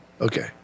Okay